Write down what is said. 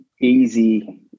easy